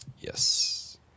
Yes